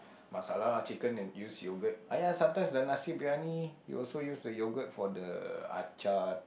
masala chicken and use yogurt !aiya! sometimes the nasi-biryani you also use the yogurt for the Achar